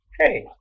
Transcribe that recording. Hey